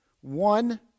One